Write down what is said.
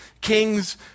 kings